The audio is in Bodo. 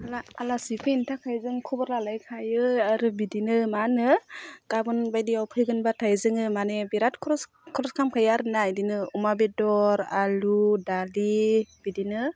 आलासि फैनो थाखाय जों खबर लालायखायो आरो बिदिनो मा होनो गाबोन बायदियाव फैगोनब्लाथाय जोङो माने बिराद खर'स खर'स खालामखायो आरोना बिदिनो अमा बेदर आलु दालि बिदिनो